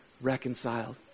reconciled